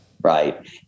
right